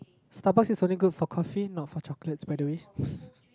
Starbucks is only good for coffee not for chocolates by the way